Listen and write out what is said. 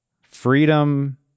freedom